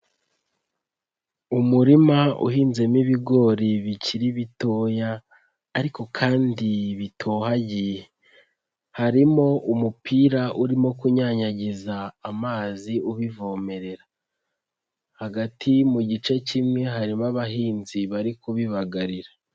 Umurima uhinzemo ibigori bikiri bitoya ariko kandi bitohagiye, harimo umupira urimo kunyanyagiza amazi ubivomerera, hagati mu gice kimwe harimo abahinzi bari kubibagarira.